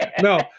no